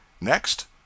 Next